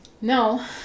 No